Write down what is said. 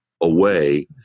away